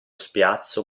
spiazzo